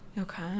Okay